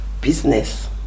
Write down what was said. business